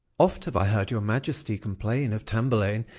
oft have i heard your majesty complain of tamburlaine,